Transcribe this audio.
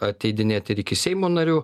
ateidinėti ir iki seimo narių